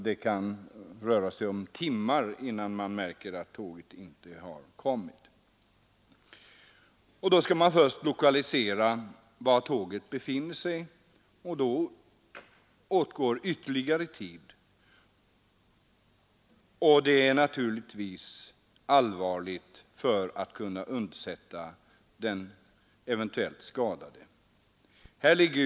Det kan ju röra sig om timmar mellan olyckstillfället och den tidpunkt då tåget skulle ha nått stationen. Först skall man lokalisera var tåget befinner sig, och för det åtgår ytterligare tid. Det är naturligtvis allvarligt med tanke på möjligheterna att kunna undsätta den eventuellt skadade lokföraren.